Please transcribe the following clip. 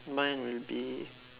mine would be